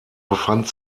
befand